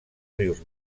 rius